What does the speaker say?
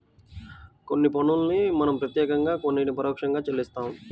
కొన్ని పన్నుల్ని మనం ప్రత్యక్షంగా కొన్నిటిని పరోక్షంగా చెల్లిస్తాం